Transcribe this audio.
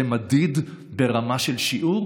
זה מדיד ברמה של שיעור